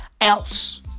else